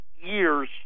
years